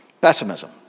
Pessimism